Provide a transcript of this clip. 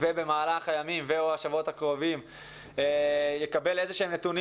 שבמהלך הימים או השבועות הקרובים יקבל איזה שהם נתונים